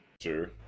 Sure